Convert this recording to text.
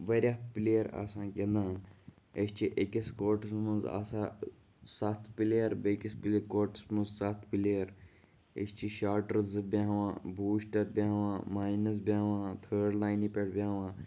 واریاہ پٕلیر آسان گِنٛدان أسۍ چھِ أکِس کوٹَس منٛز آسان سَتھ پٕلیر بیٚیِکِس پٕلے کوٹَس منٛز سَتھ پٕلیر أسۍ چھِ شاٹَر زٕ بیٚہوان بوٗسٹَر بیٚہوان ماینَس بیٚہوان تھٲڈ لاینہِ پٮ۪ٹھ بیٚہوان